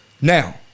Now